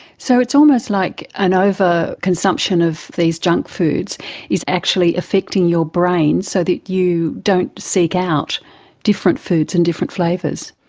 so it's almost like an overconsumption of these junk foods is actually affecting your brain so that you don't seek out different foods and different flavours.